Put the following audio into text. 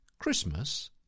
Christmas